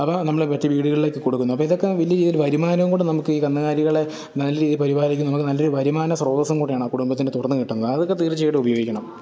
അപ്പം നമ്മൾ മറ്റ് വീടുകളിലൊക്കെ കൊടുക്കുന്നു അപ്പോൾ ഇതൊക്കെ വലിയ രീതിയിൽ വരുമാനവും കൂടി നമുക്കീ കന്നുകാലികളെ നല്ല രീതിയിൽ പരിപാലിക്കുന്ന നമുക്ക് നല്ലൊരു വരുമാന ശ്രോതസ്സും കൂടിയാണ് ആ കുടുംബത്തിന് തുറന്നു കിട്ടുന്നത് അതൊക്കെ തീര്ച്ചയായിട്ടും ഉപയോഗിക്കണം